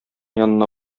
янына